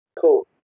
Cool